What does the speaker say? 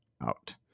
out